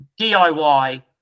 DIY